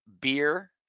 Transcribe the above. beer